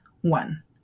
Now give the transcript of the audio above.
one